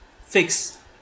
Fix